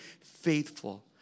faithful